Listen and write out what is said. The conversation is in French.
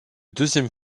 deuxième